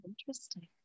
interesting